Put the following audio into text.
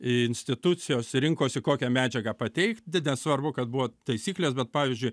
institucijos rinkosi kokią medžiagą pateikt nesvarbu kad buvo taisyklės bet pavyzdžiui